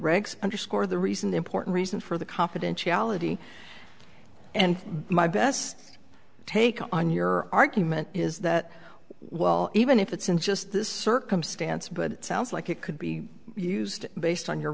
regs underscore the reason the important reason for the confidentiality and my best take on your argument is that while even if it's in just this circumstance but it sounds like it could be used based on your